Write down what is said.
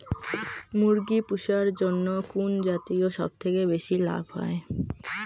মুরগি পুষার জন্য কুন জাতীয় সবথেকে বেশি লাভ হয়?